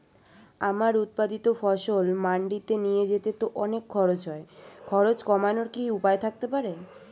আমার উৎপাদিত ফসল মান্ডিতে নিয়ে যেতে তো অনেক খরচ হয় খরচ কমানোর কি উপায় থাকতে পারে?